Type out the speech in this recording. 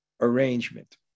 arrangement